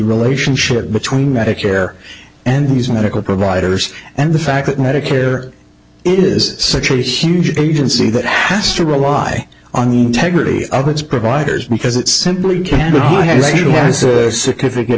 relationship between medicare and these medical providers and the fact that medicare is such a huge agency that has to rely on the integrity of its providers because it simply cannot